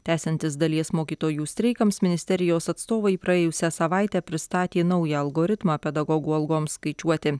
tęsiantis dalies mokytojų streikams ministerijos atstovai praėjusią savaitę pristatė naują algoritmą pedagogų algoms skaičiuoti